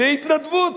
שתהיה התנדבות.